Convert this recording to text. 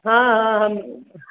हँ हँ हम